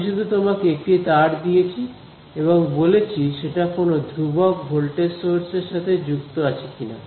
আমি শুধু তোমাকে একটি তার দিয়েছি এবং বলেছি সেটা কোন ধ্রুবক ভোল্টেজ সোর্স এর সাথে যুক্ত আছে কিনা